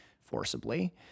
forcibly